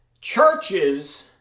churches